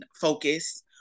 focus